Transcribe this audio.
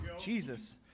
Jesus